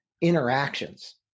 interactions